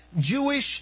Jewish